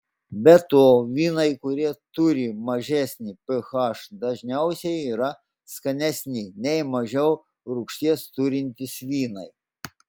be to vynai kurie turi mažesnį ph dažniausiai yra skanesni nei mažiau rūgšties turintys vynai